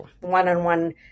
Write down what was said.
one-on-one